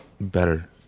better